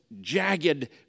jagged